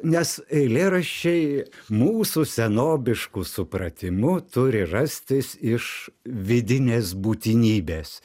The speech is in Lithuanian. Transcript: nes eilėraščiai mūsų senobišku supratimu turi rastis iš vidinės būtinybės